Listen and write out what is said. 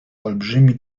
olbrzymi